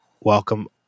Welcome